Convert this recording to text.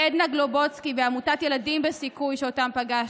לעדנה גלובוצקי ועמותת ילדים בסיכוי, שאותם פגשתי,